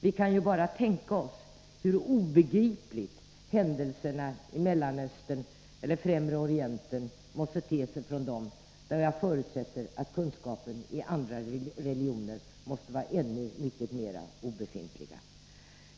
Vi kan ju bara tänka oss hur obegripliga händelserna i Mellanöstern eller Främre orienten måste te sig för dem. Därvid förutsätter jag att kunskapen i andra religioner måste vara ännu mer obefintlig.